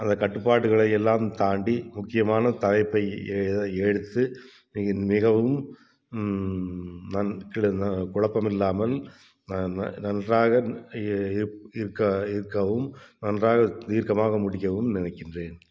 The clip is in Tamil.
அது கட்டுப்பாடுகளை எல்லாம் தாண்டி முக்கியமான தலைப்பை எத எடுத்து மி மிகவும் நன் குழப்பம் இல்லாமல் ந ந நன்றாக இருப் இருக்க இருக்கவும் நன்றாக தீர்க்கமாகவும் முடிக்கவும் நினைக்கின்றேன்